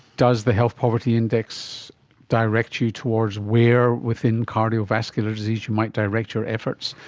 does the health poverty index direct you towards where within cardiovascular disease you might direct your efforts,